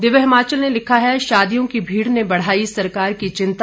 दिव्य हिमाचल ने लिखा है शादियों की भीड़ ने बढ़ाई सरकार की चिंता